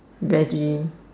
Veggie